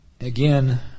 again